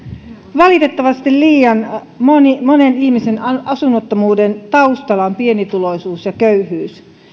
valitettavasti liian monen monen ihmisen asunnottomuuden taustalla on pienituloisuus ja köyhyys